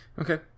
okay